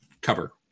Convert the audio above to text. cover